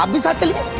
um hesitating